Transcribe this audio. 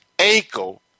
ankle